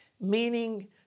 meaning